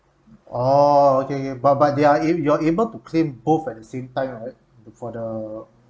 oh okay okay but but there are you are able to claim both at the same time right for the